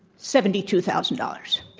seventy two thousand dollars.